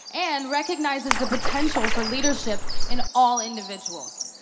and recognizes the potential for leadership in all individuals.